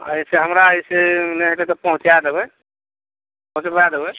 आओर अइसे हमरा अइसे नहि हेतै तऽ पहुँचै देबै पहुँचबे देबै